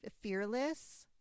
fearless